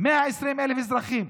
120,000 אזרחים.